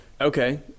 okay